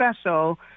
special